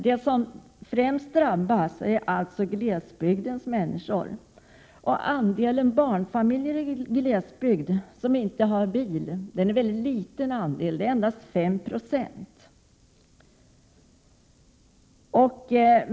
De som främst drabbas av detta är glesbygdens människor. Andelen barnfamiljer i glesbygd utan bil är mycket liten, endast 5 26.